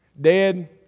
Dead